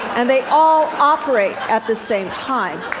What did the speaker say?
and they all operate at the same time.